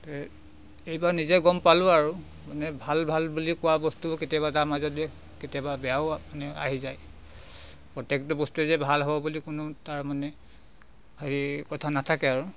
তে এইবাৰ নিজে গম পালোঁ আৰু মানে ভাল ভাল বুলি কোৱা বস্তুবোৰ কেতিয়াবা তাৰ মাজতে কেতিয়াবা তাৰ মাজৰ দুই এক বেয়াও মানে আহি যায় প্ৰত্য়েকটো বস্তুৱে যে ভাল হ'ব বুলি কোনো তাৰ মানে হেৰি কথা নাথাকে আৰু